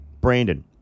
Brandon